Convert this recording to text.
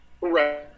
Right